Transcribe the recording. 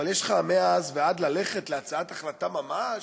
אבל יש לך, מאז ועד ללכת להצעת החלטה ממש,